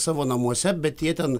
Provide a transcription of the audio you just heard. savo namuose bet jie ten